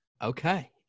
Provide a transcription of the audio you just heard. Okay